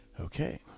Okay